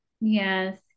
Yes